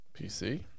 PC